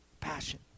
Passion